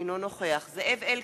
אינו נוכח זאב אלקין,